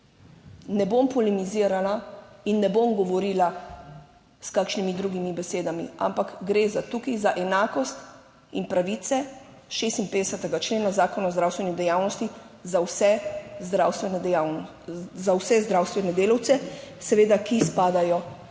Ne bom polemizirala in ne bom govorila s kakšnimi drugimi besedami, ampak gre tukaj za enakost in pravice 56. člena Zakona o zdravstveni dejavnosti za vse zdravstvene dejavnosti, za vse